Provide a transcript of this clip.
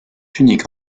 unique